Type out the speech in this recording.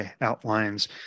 outlines